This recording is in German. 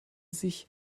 sich